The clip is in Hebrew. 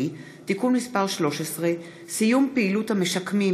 (תיקון מס' 13) (סיום פעילות המשקמים